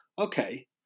okay